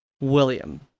William